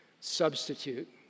substitute